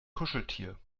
kuscheltier